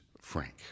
Frank